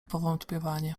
powątpiewanie